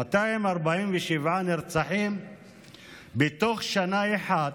247 נרצחים בתוך שנה אחת,